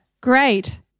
great